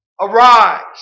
Arise